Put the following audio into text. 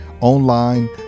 online